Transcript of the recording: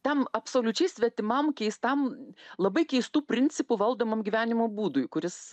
tam absoliučiai svetimam keistam labai keistų principų valdomam gyvenimo būdui kuris